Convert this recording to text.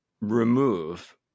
remove